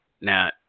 Now